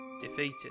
defeated